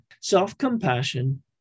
Self-compassion